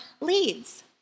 leads